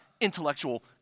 intellectual